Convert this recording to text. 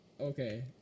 Okay